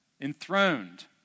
enthroned